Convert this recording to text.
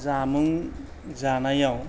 जामुं जानायाव